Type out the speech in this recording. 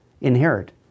inherit